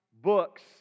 books